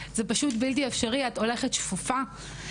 בלתי אפשרי, הולכים שפופים,